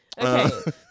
Okay